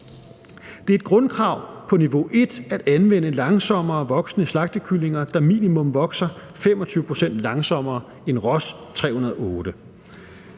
Det er et grundkrav på niveau 1 at anvende langsommerevoksende slagtekyllinger, der vokser minimum 25 pct. langsommere end Ross 308.